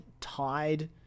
tied